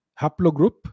haplogroup